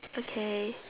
okay